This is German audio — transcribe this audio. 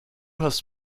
hast